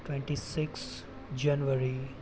twenty six January